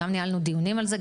גם ניהלנו דיונים על זה,